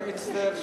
אני מצטער,